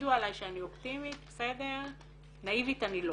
יגידו עליי שאני אופטימית, בסדר, נאיבית אני לא,